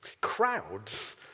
Crowds